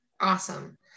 Awesome